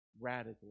Radically